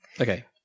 Okay